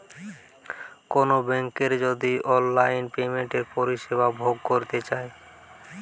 কোনো বেংকের যদি অনলাইন পেমেন্টের পরিষেবা ভোগ করতে চাই